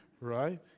right